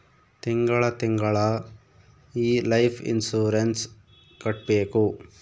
ತಿಂಗಳ ತಿಂಗಳಾ ಈ ಲೈಫ್ ಇನ್ಸೂರೆನ್ಸ್ ಕಟ್ಬೇಕು